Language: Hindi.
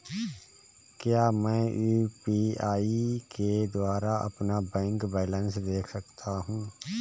क्या मैं यू.पी.आई के द्वारा अपना बैंक बैलेंस देख सकता हूँ?